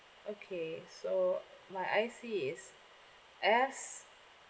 okay so my I_C is S